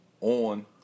on